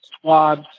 swabs